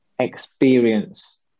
experience